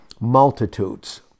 multitudes